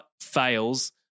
fails